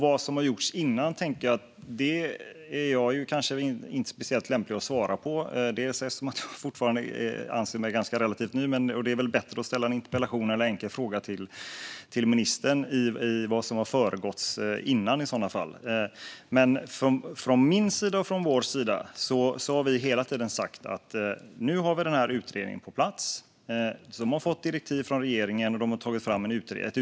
Vad som har gjorts tidigare är jag nog inte rätt person att svara på eftersom jag är ganska ny här. Det är säkert bättre att ställa en interpellation eller en skriftlig fråga till ministern om det. En utredning som har fått direktiv av regeringen är på plats.